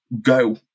go